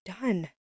done